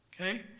okay